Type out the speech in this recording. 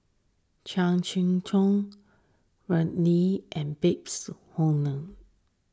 Chan Sek Keong Andrew Lee and Babes Conde